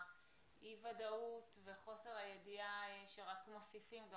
האי-ודאות וחוסר הידיעה שרק מוסיף גם